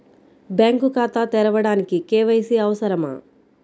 Bank ఖాతా తెరవడానికి KYC అవసరమా?